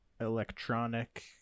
electronic